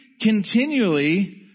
continually